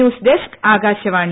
news desk Akashvani